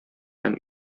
һәм